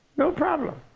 no problem.